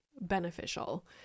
beneficial